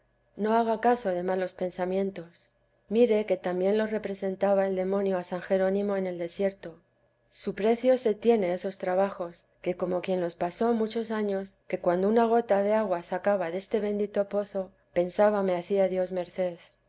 no haga caso de malos pensamientos mire que también los representaba el demonio a san jerónimo en el desierto su precio se tienen esos trabajos que como quien los pasó muchos años que cuando una gota de agua sacaba deste bendito pozo pensaba me hacía dios merced